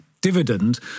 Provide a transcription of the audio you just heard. dividend